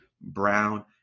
brown